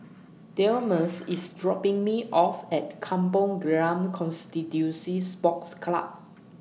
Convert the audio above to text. Delmus IS dropping Me off At Kampong Glam Constituency Sports Club